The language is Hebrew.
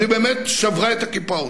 אז היא באמת שברה את הקיפאון.